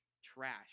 trash